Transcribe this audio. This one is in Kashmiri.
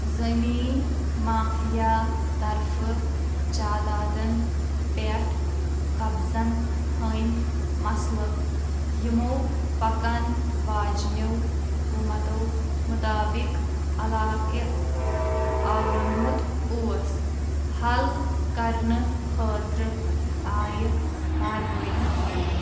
زمیٖن مافِیا طرفہٕ جادادَن پٮ۪ٹھ قبضَن ہٕنٛدۍ مَسلہٕ یِمو پَکَن واجنیو حکوٗمَتو مُطابِق علاقہِ آورومُت اوس حَل کَرنہٕ خٲطرٕ آیہِ کاروٲیی کَرنہٕ